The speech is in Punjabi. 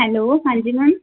ਹੈਲੋ ਹਾਂਜੀ ਮੈਮ